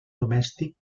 domèstic